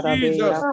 Jesus